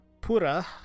Pura